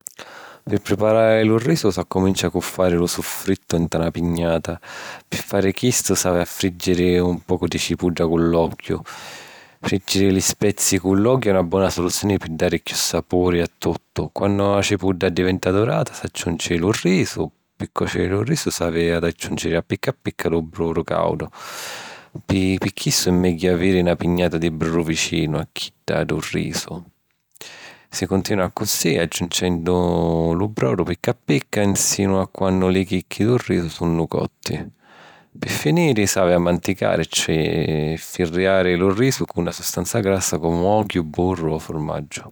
Pi priparari lu risu, s'accumincia cu fari lu suffrittu nta na pignata. Pi fari chistu, s’havi a frìjiri un pocu di cipudda cu l’ogghiu. Frìjiri li spezi cu l’ogghiu è na bona soluzioni pi dari chiù sapuri a tuttu. Quannu la cipudda addiventa dorata, s'agghiunci lu risu. Pi còciri lu risu, s’havi ad agghiùnciri a picca a picca lu brodu càudu. Pi chistu è megghiu aviri na pignata di brodu vicinu a chidda dû risu. Si cuntinua accussì, agghiuncennu lu brodu picca a picca, nsinu a quannu li chicchi dû risu sunnu cotti. Pi finiri, s’havi a 'manticari', cioè firriari lu risu cu na sustanza grassa comu ogghiu, burru o furmaggiu.